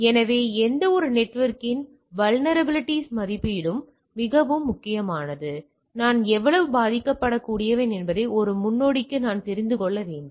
எனவே எந்தவொரு நெட்வொர்க்கின் வல்நரபிலிட்டிஸ் மதிப்பீடும் மிகவும் முக்கியமானது நான் எவ்வளவு பாதிக்கப்படக்கூடியவன் என்பதை ஒரு முன்னோடிக்கு நான் தெரிந்து கொள்ள வேண்டும்